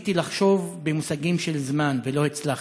וניסיתי לחשוב במושגים של זמן ולא הצלחתי.